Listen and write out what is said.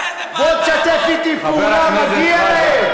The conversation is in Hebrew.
איזה פעלת רבות, בוא תשתף איתי פעולה, מגיע להם.